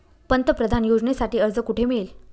पंतप्रधान योजनेसाठी अर्ज कुठे मिळेल?